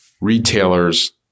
retailers